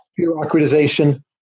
bureaucratization